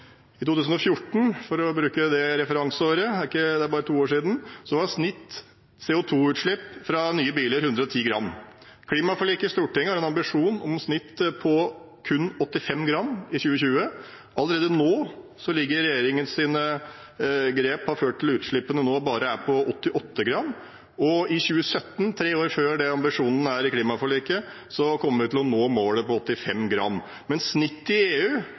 I 2014, for å bruke det referanseåret, det er bare to år siden, var snitt-CO 2 -utslipp fra nye biler 110 gram. Klimaforliket i Stortinget har en ambisjon om et snitt på kun 85 gram i 2020. Allerede nå har regjeringens grep ført til at utslippene bare er på 88 gram. Og i 2017, tre år før det som er ambisjonen i klimaforliket, kommer vi til å nå målet på 85 gram. Men snittet i EU